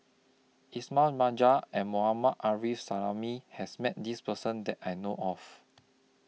Ismail Marjan and Mohammad Arif Suhaimi has Met This Person that I know of